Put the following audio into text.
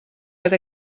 oedd